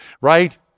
right